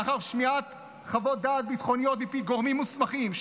לאחר שמיעת חוות דעת ביטחוניות מפי גורמים מוסמכים,